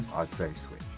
i'd say switch.